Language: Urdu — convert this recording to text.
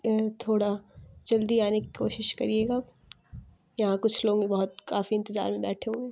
تھوڑا جلدی آنے کی کوشش کریے گا یہاں کچھ لوگ بہت کافی انتظار میں بیٹھے ہوئے ہیں